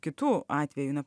kitų atvejų na